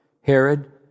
Herod